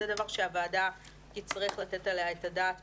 זה דבר שהוועדה תצטרך לתת עליו את הדעת בוודאי,